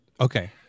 Okay